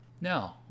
no